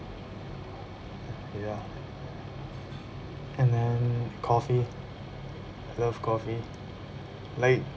and then ya and then coffee I love coffee like